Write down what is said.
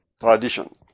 tradition